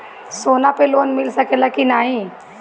सोना पे लोन मिल सकेला की नाहीं?